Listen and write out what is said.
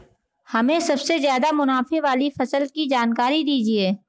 हमें सबसे ज़्यादा मुनाफे वाली फसल की जानकारी दीजिए